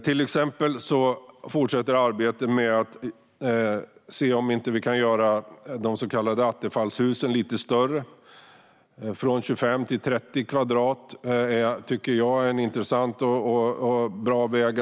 Till exempel fortsätter arbetet med att se om vi inte kan göra de så kallade attefallshusen lite större - att gå från 25 till 30 kvadratmeter tycker jag är en intressant och bra väg.